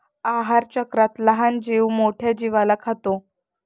आहारचक्रात लहान जीव मोठ्या जीवाला खातो